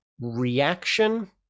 reaction